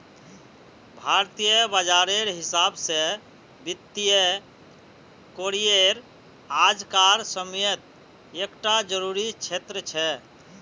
भारतीय बाजारेर हिसाब से वित्तिय करिएर आज कार समयेत एक टा ज़रूरी क्षेत्र छे